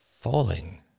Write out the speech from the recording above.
falling